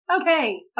okay